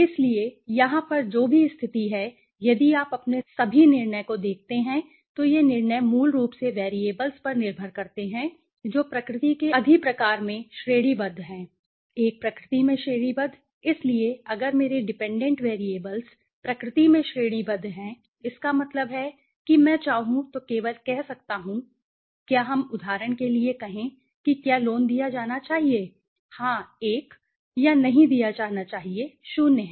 इसलिए यहाँ पर जो भी स्थिति है यदि आप अपने सभी निर्णय को देखते हैं तो ये निर्णय मूल रूप से वैरिएबल्स पर निर्भर करते हैं जो प्रकृति के अधिप्रकार में श्रेणीबद्ध हैं एक प्रकृति में श्रेणीबद्ध इसलिए अगर मेरे डिपेंडेंट वैरिएबल्स प्रकृति में श्रेणीबद्ध हैं इसका मतलब है कि मैं चाहु तो केवल कह सकता हूं क्या हम उदाहरण के लिए कहें कि क्या लोन दिया जाना चाहिए हाँ 1 या नहीं दिया जाना चाहिए o है